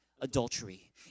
adultery